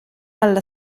alla